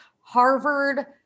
Harvard